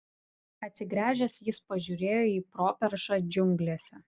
atsigręžęs jis pažiūrėjo į properšą džiunglėse